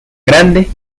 grande